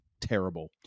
terrible